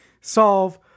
solve